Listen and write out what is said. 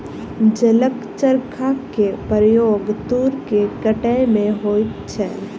जलक चरखा के प्रयोग तूर के कटै में होइत छल